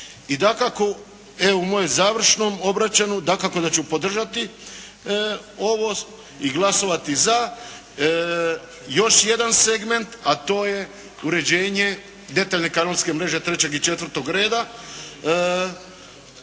dakako da ću podržati ovo i glasovati za. Još jedan segment a to je uređenje detaljne kanalske mreže trećeg